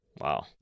Wow